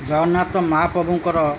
ଜଗନ୍ନାଥ ମହାପ୍ରଭୁଙ୍କର